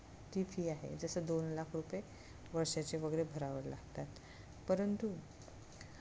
ती फी आहे जसं दोन लाख रुपये वर्षाचे वगैरे भरावे लागतात परंतु